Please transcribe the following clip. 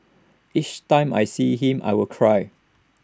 each time I see him I will cry